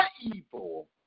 evil